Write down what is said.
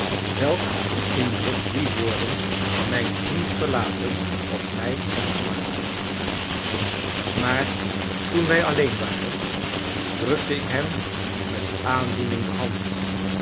welk een indruk die woorden mijn vriend verlaten op mij hadden gemaakt maar toen wij alleen waren drukte ik hem met aandoening de hand